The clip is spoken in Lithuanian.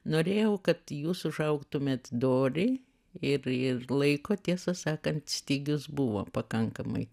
norėjau kad jūs užaugtumėt dori ir ir laiko tiesą sakant stygius buvo pakankamai